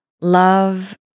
love